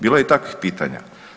Bilo je i takvih pitanja.